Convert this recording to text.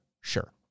sure